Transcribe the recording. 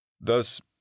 Thus